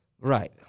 Right